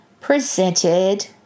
presented